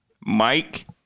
Mike